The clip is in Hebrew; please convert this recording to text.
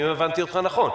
אם הבנתי אותך נכון,